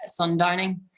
sundowning